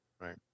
right